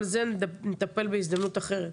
אבל בזה נטפל בהזדמנות אחרת.